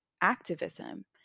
activism